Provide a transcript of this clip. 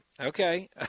Okay